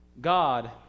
God